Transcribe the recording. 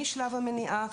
משלב המניעה,